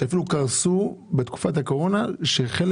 עסקים שאפילו קרסו בתקופת הקורונה שחלק